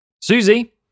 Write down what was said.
Susie